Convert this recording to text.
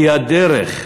היא הדרך.